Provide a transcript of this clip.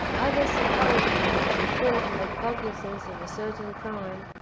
others suppose it was because the court had cognizance of a certain crime,